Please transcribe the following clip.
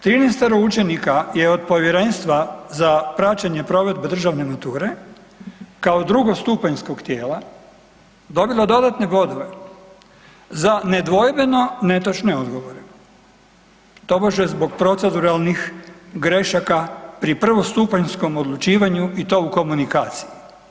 Trinaestoro učenika je od Povjerenstva za praćenje provedbe državne mature, kao drugostupanjskog tijela dobilo dodatne bodove za nedvojbeno netočne odgovore, tobože zbog proceduralnih grešaka pri prvostupanjskom odlučivanju i to u komunikaciji.